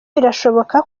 birashoboka